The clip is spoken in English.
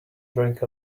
drink